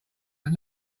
but